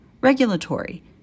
regulatory